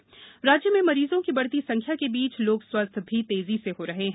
मरीज स्वस्थ राज्य में मरीजों की बढ़ती संख्या के बीच लोग स्वस्थ भी तेजी से हो रहे हैं